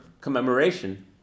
commemoration